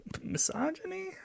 misogyny